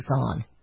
on